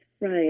Right